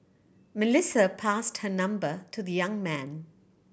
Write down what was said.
Melissa passed her number to the young man